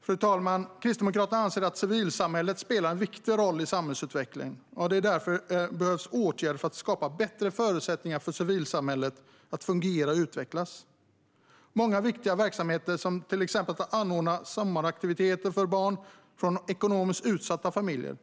Fru talman! Kristdemokraterna anser att civilsamhället spelar en viktig roll i samhällsutvecklingen och att det därför behövs åtgärder som skapar bättre förutsättningar för civilsamhället att fungera och utvecklas. Många viktiga verksamheter, som att anordna sommaraktiviteter för barn från ekonomiskt utsatta familjer,